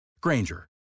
Granger